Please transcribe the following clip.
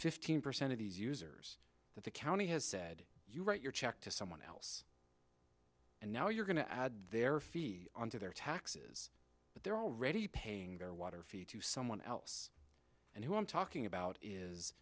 fifteen percent of these users that the county has said you write your check to someone else and now you're going to add their fee onto their taxes but they're already paying their water fee to someone else and who i'm talking about is